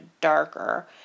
darker